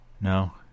no